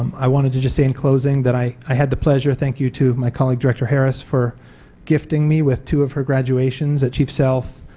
um i wanted to just say in closing, that i i had the pleasure, thank you to my colleague director harris, for gifting me with two of her graduations at chief sealth,